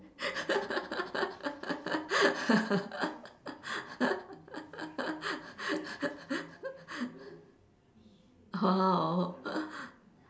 oh